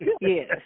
yes